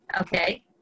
Okay